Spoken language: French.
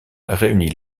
réunit